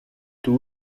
two